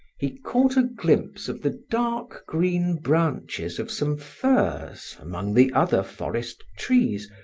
he caught a glimpse of the dark green branches of some firs among the other forest trees,